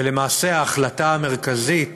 ולמעשה, ההחלטה המרכזית